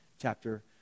chapter